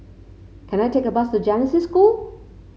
can I take a bus to Genesis School